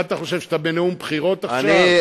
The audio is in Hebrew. מה אתה חושב, שאתה בנאום בחירות עכשיו?